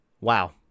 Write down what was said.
Wow